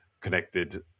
connected